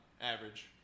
average